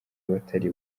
abatari